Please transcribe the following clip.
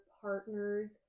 partners